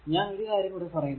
ഞാൻ ഒരു കാര്യം കൂടെ പറയുന്നു